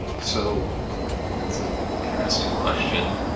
so it's an interesting question